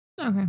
Okay